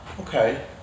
okay